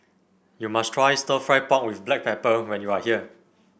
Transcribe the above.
you must try stir fry pork with Black Pepper when you are here